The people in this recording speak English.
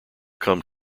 come